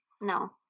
No